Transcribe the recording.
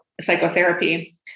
psychotherapy